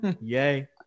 Yay